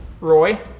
Roy